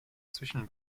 zwischen